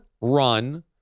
run